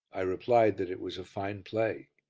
i replied that it was a fine play.